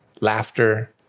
laughter